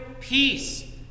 peace